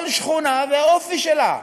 כל שכונה והאופי שלה.